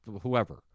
whoever